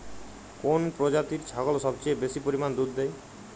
কোন প্রজাতির ছাগল সবচেয়ে বেশি পরিমাণ দুধ দেয়?